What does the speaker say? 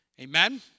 Amen